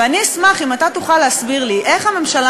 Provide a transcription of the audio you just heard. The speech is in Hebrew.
ואני אשמח אם אתה תוכל להסביר לי איך הממשלה